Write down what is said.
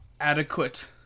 adequate